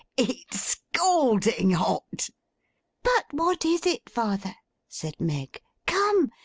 it's scalding hot but what is it, father said meg. come.